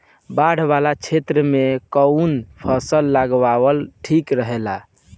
बाढ़ वाला क्षेत्र में कउन फसल लगावल ठिक रहेला?